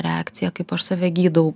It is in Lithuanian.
reakciją kaip aš save gydau